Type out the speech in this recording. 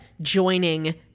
joining